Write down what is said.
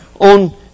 on